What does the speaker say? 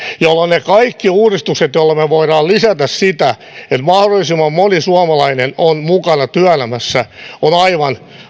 jolloin ne kaikki uudistukset joilla me voimme lisätä sitä että mahdollisimman moni suomalainen on mukana työelämässä ovat aivan